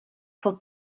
for